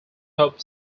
hope